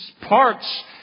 parts